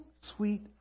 sweet